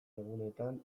egunetan